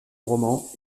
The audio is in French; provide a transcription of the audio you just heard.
romans